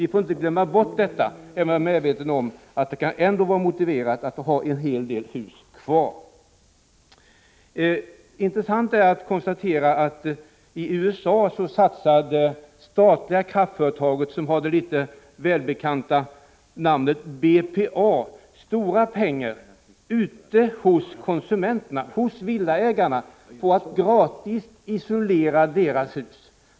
Vi får inte glömma bort detta, även om jag är medveten om att det ändå kan vara motiverat att ha en hel del hus kvar med elvärme. Det är intressant att konstatera, att det statliga kraftföretaget i USA, med det välbekanta namnet BPA, har satsat stora pengar hos konsumenterna, villaägarna, på att gratis isolera deras hus.